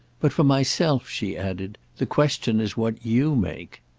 but for myself, she added, the question is what you make.